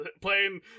playing